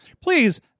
please